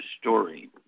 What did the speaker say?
story